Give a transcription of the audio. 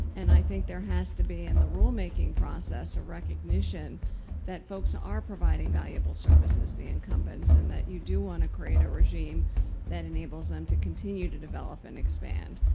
and i think there has to be, in the rulemaking process, a recognition that folks are providing valuable services, the incumbents, and that you do want to create a regime that enables them to continue to develop and expand.